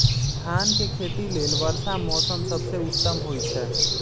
धान के खेती लेल वर्षा मौसम सबसे उत्तम होई छै